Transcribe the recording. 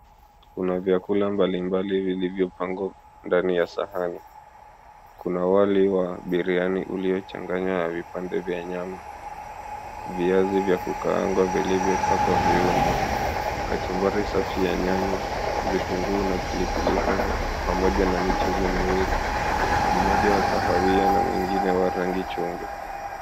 Kuna vyakula mbalimbali vilivyopangwa ndani ya sahani. Kuna wali wa biriani uliochanganywa na vipande vya nyama, viazi vya kukaangwa vilivyopakwa viungo, kachumbari safi ya nyanya, vitunguu na pilipili hoho, pamoja na michuzi miwili, mmoja wa kahawia na mwingine wa rangi chungu.